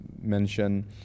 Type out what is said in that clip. mention